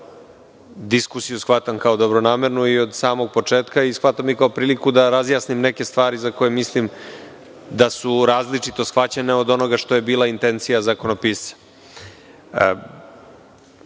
diskusiju shvatam kao dobronamernu od samog početka i shvatam i kao priliku da razjasnim neke stvari za koje mislim da su različito shvaćene od onoga što je bila intencija zakonopisca. Možemo